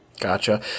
Gotcha